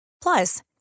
Plus